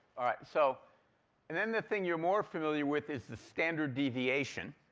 so and then the thing you're more familiar with is the standard deviation.